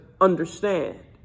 understand